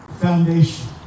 foundation